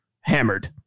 hammered